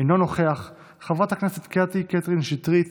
אינו נוכח, חברת הכנסת קטי קטרין שטרית,